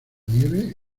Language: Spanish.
nieve